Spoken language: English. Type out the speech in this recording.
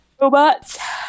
robots